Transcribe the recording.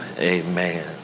Amen